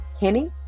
Henny